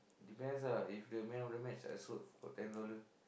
depends ah if the man of the match I sold for ten dollar